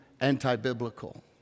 anti-biblical